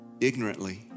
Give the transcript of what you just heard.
ignorantly